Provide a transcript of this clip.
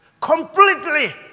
completely